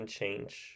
change